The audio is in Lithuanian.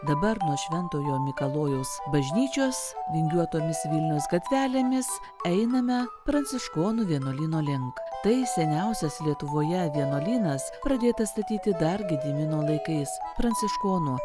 dabar nuo šventojo mikalojaus bažnyčios vingiuotomis vilniaus gatvelėmis einame pranciškonų vienuolyno link tai seniausias lietuvoje vienuolynas pradėtas statyti dar gedimino laikais pranciškonų